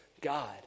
God